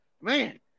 Man